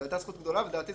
זו היתה זכות גדולה ולדעתי,